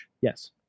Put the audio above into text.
Yes